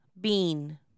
Bean